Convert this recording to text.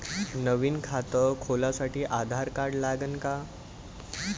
नवीन खात खोलासाठी आधार कार्ड लागन का?